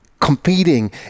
competing